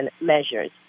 measures